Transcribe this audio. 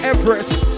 Everest